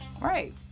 right